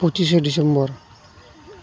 ᱯᱚᱪᱤᱥᱮ December